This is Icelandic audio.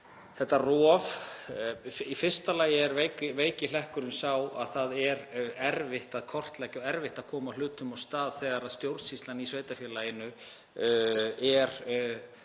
ítreki það. Í fyrsta lagi er veiki hlekkurinn sá að það er erfitt að kortleggja þetta og erfitt að koma hlutum af stað þegar stjórnsýslan í sveitarfélaginu er